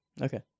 Okay